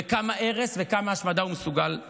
וכמה הרס וכמה השמדה הוא מסוגל להוביל.